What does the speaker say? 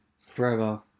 forever